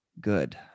good